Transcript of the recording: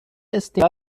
stem